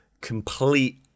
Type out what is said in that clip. complete